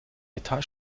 metall